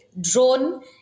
drone